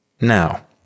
Now